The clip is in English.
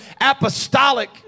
apostolic